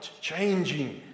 Changing